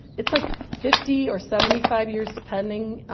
it's like fifty or seventy five years depending